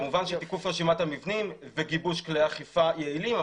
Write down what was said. תיקוף רשימת המבנים וגיבוש כלי אכיפה יעילים,